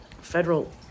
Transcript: federal